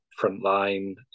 frontline